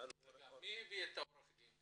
מי הביא את עורך הדין?